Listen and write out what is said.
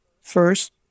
first